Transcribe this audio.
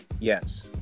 Yes